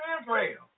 Israel